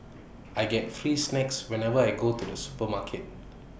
I get free snacks whenever I go to the supermarket